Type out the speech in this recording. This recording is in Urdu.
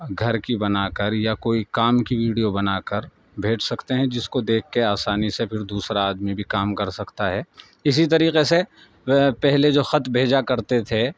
گھر کی بنا کر یا کوئی کام کی ویڈیو بنا کر بھیج سکتے ہیں جس کو دیکھ کے آسانی سے پھر دوسرا آدمی بھی کام کر سکتا ہے اسی طریقے سے پہلے جو خط بھیجا کرتے تھے